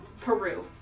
Peru